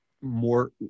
more